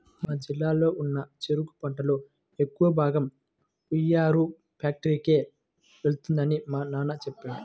మా జిల్లాలో ఉన్న చెరుకు పంటలో ఎక్కువ భాగం ఉయ్యూరు ఫ్యాక్టరీకే వెళ్తుందని మా నాన్న చెప్పాడు